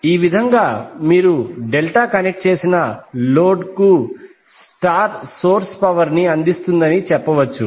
ఈ విధంగా మీరు డెల్టా కనెక్ట్ చేసిన లోడ్ కు స్టార్ సోర్స్ పవర్ ని అందిస్తుందని చెప్పవచ్చు